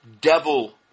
devil